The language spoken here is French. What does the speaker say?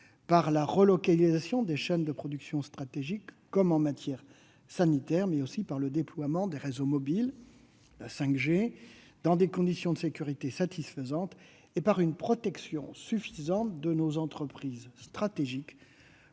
par la relocalisation de chaînes de production stratégiques, comme en matière sanitaire, mais aussi par le déploiement des réseaux mobiles 5G dans des conditions de sécurité satisfaisantes, et par une protection suffisante de nos entreprises stratégiques